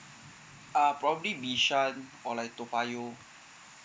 err probably bishan or like toa payoh